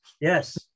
Yes